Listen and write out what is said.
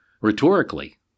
rhetorically